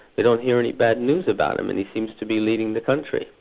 we don't hear any bad news about him and he seems to be leading the country,